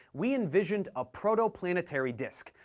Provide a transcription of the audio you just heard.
we envisioned a protoplanetary disk,